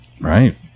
Right